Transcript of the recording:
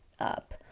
up